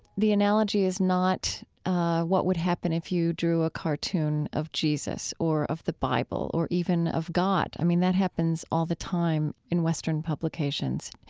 the analogy is not what would happen if you drew a cartoon of jesus or of the bible or even of god. i mean, that happens all the time in western publications.